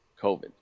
COVID